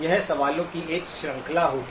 यह सवालों की एक श्रृंखला होगी